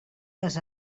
les